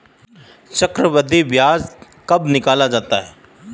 चक्रवर्धी ब्याज कब निकाला जाता है?